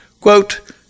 quote